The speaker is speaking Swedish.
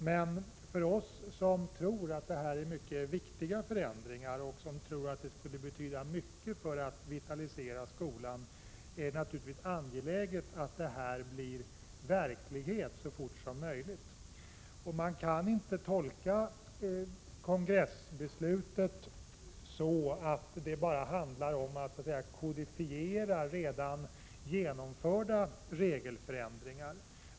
Men för oss som tror att det rör sig om synnerligen viktiga förändringar och som tror att detta skulle betyda mycket när det gäller att vitalisera skolan är det naturligtvis angeläget att det här blir verklighet så fort som möjligt. Man kan inte tolka kongressbeslutet så att det bara handlar om att kodifiera redan genomförda regelförändringar.